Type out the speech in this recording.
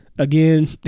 again